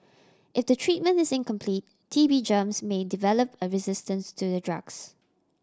if the treatment is incomplete T B germs may develop a resistance to the drugs